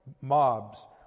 mobs